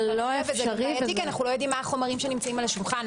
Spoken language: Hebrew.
אנחנו לא יודעים מה החומרים שנמצאים על השולחן,